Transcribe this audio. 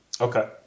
Okay